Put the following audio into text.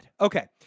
Okay